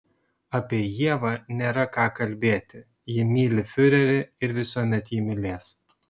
apie ievą nėra ką kalbėti ji myli fiurerį ir visuomet jį mylės